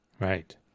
Right